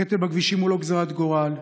הקטל בכבישים הוא לא גזרת גורל.